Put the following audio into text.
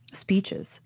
speeches